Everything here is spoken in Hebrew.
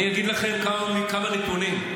אני אגיד לכם כמה נתונים.